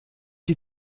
die